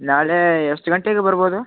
ನಾಳೆ ಎಷ್ಟು ಗಂಟೆಗೆ ಬರ್ಬೋದು